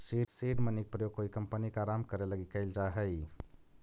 seed money के प्रयोग कोई कंपनी के आरंभ करे लगी कैल जा हई